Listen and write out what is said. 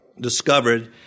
discovered